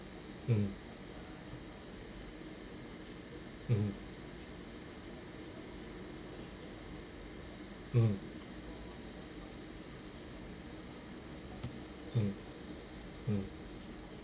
mm mm mm mm mm